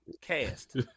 Cast